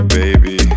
baby